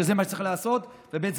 שזה מה שצריך לעשות, וב.